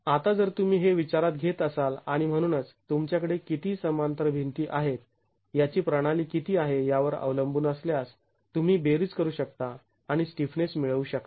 आता जर तुम्ही हे विचारात घेत असाल आणि म्हणूनच तुमच्याकडे किती समांतर भिंती आहेत याची किती प्रणाली आहे यावर अवलंबून असल्यास तुम्ही बेरीज करू शकता आणि स्टिफनेस मिळवू शकता